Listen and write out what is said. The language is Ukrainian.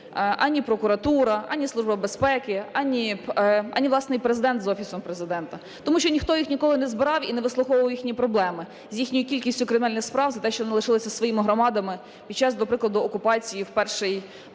ані прокуратура, ані Служба безпеки, ані, власне, й Президент з Офісом Президента, тому що ніхто їх ніколи не збирав і не вислуховував їхні проблеми з їхньою кількістю кримінальних справ за те, що вони лишилися з своїми громадами під час, до прикладу, окупації в перший